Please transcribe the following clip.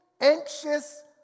anxious